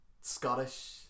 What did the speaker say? Scottish